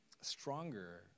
stronger